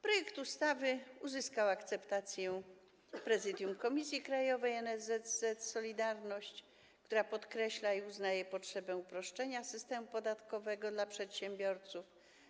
Projekt ustawy uzyskał akceptację Prezydium Komisji Krajowej NSZZ „Solidarność”, która podkreśla i uznaje potrzebę uproszczenia systemu podatkowego dla przedsiębiorców.